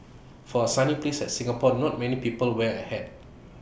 for A sunny places Singapore not many people wear A hat